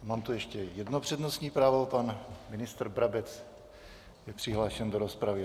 Mám tu ještě jedno přednostní právo, pan ministr Brabec je přihlášen do rozpravy.